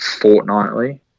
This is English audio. fortnightly